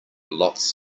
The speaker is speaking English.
lots